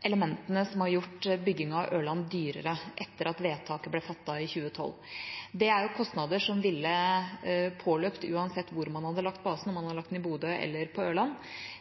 elementene som har gjort byggingen av Ørland dyrere etter at vedtaket ble fattet i 2012. Det er kostnader som ville påløpt uansett hvor man hadde lagt basen, om man hadde lagt den til Bodø eller på Ørland.